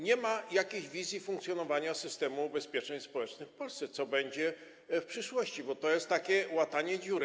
Nie ma jakiejś wizji funkcjonowania systemu ubezpieczeń społecznych w Polsce, co będzie w przyszłości, bo to jest takie łatanie dziury.